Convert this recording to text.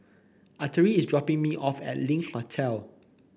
Artie is dropping me off at Link Hotel